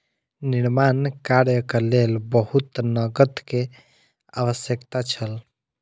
निर्माण कार्यक लेल बहुत नकद के आवश्यकता छल